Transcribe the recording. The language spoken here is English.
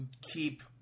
keep